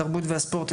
התרבות והספורט,